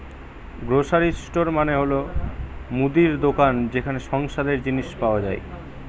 grocery store মানে হল মুদির দোকান যেখানে সংসারের জিনিস পাই